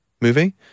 movie